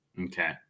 okay